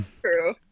True